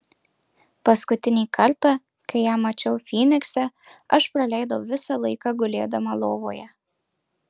paskutinį kartą kai ją mačiau fynikse aš praleidau visą laiką gulėdama lovoje